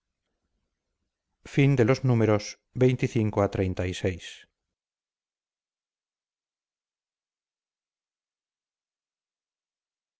de los dioscuros y